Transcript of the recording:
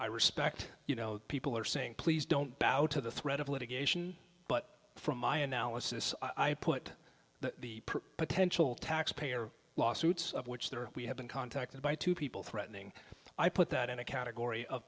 i respect you know people are saying please don't bow to the threat of litigation but from my analysis i put the potential taxpayer lawsuits of which there we have been contacted by two people threatening i put that in a category of